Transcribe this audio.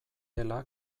dela